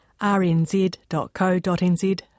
rnz.co.nz